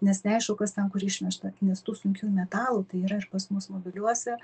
nes neaišku kas ten kur išnešta nes tų sunkiųjų metalų tai yra ir pas mus mobiliuose